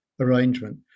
arrangement